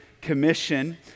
commission